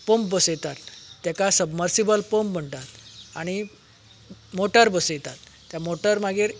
pump बसयतात तेका submersible pump म्हणटात आनी मोटर बसयतात ते मोटर मागीर